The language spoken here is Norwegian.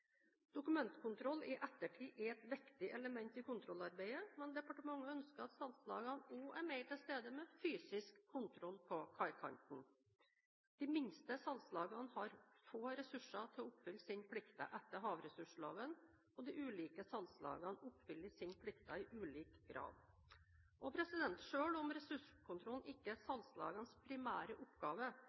Dokumentkontroll i ettertid er et viktig element i kontrollarbeidet, men departementet ønsker at salgslagene også er mer til stede med fysisk kontroll på kaikanten. De minste salgslagene har få ressurser til å oppfylle sine plikter etter havressursloven, og de ulike salgslagene oppfyller sine plikter i ulik grad. Selv om ressurskontrollen ikke er salgslagenes primære oppgave,